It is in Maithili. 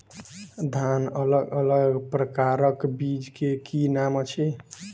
धान अलग अलग प्रकारक बीज केँ की नाम अछि?